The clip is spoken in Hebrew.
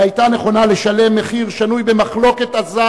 והיתה נכונה לשלם מחיר שנוי במחלוקת עזה,